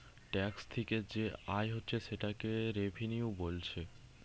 tax থিকে যে আয় হচ্ছে সেটাকে রেভিনিউ বোলছে